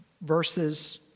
verses